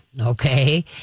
okay